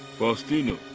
faustino!